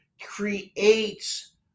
creates